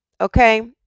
Okay